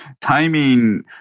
Timing